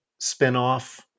spinoff